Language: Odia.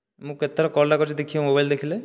ମୁଁ କେତେଥର କଲଟା କରିଛି ଦେଖି ମୋବାଇଲ ଦେଖିଲେ